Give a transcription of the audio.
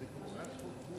זה משפר את